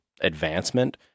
Advancement